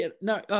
No